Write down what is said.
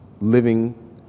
living